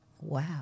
Wow